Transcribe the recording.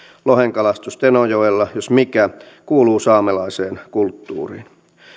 lohenkalastus tenojoella jos mikä kuuluu saamelaiseen kulttuuriin